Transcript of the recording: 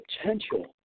potential